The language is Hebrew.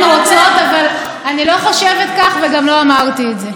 כמו שאמרה חברת הכנסת רוזין,